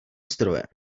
stroje